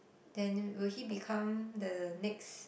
then will he become the next